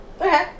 Okay